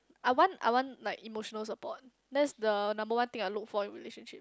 I want I want like emotional support that's the number one thing I look for in relationship